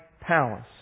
palace